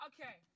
Okay